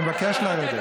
אני מבקש לרדת.